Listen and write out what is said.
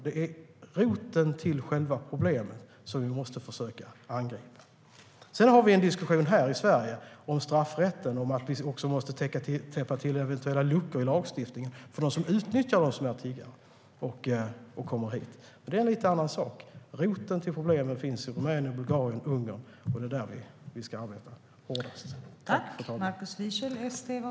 Det är roten till själva det problem som vi måste försöka angripa. Sedan har vi en diskussion här i Sverige om straffrätten och att vi måste täppa till eventuella luckor i lagstiftningen för dem som utnyttjar tiggare som kommer hit. Men det är en annan sak. Roten till problemen finns i Rumänien, Bulgarien och Ungern, och det är där vi ska arbeta.